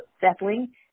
settling